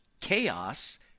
chaos